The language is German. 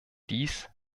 dies